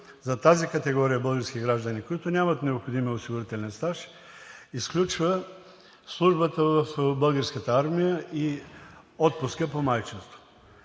за тази категория български граждани, които нямат необходимия осигурителен стаж, изключва службата в Българската армия и отпуска по майчинство.